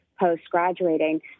post-graduating